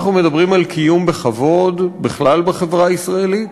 אנחנו מדברים על קיום בכבוד, בכלל בחברה הישראלית,